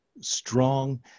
strong